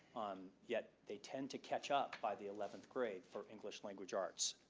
um yet they tend to catch up by the eleventh grade for english language arts.